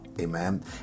Amen